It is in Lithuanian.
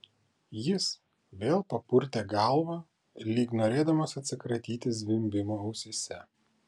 jis vėl papurtė galvą lyg norėdamas atsikratyti zvimbimo ausyse